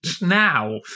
now